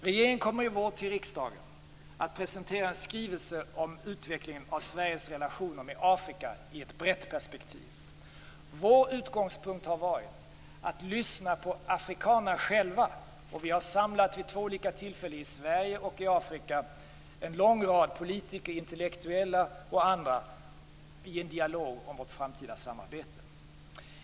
Regeringen kommer i vår för riksdagen att presentera en skrivelse om utvecklingen av Sveriges relationer med Afrika i ett brett perspektiv. Vår utgångspunkt har varit att lyssna på afrikanerna själva. Vid två olika tillfällen har vi i Sverige och i Afrika samlat en lång rad politiker, intellektuella och andra i en dialog om vårt framtida samarbete.